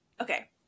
Okay